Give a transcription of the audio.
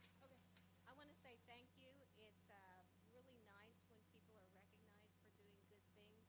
i want to say thank you. it's really nice when people are recognized for doing good things,